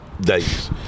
days